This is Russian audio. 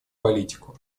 политику